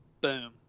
Boom